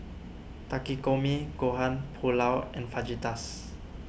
Takikomi Gohan Pulao and Fajitas